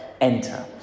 enter